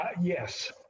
Yes